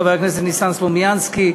חבר הכנסת ניסן סלומינסקי,